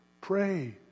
pray